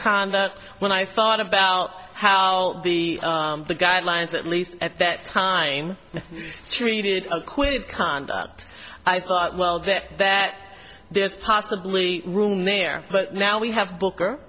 conduct when i thought about how the the guidelines at least at that time treated acquitted conduct i thought well get that there's possibly room there but now we have booker